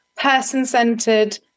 person-centered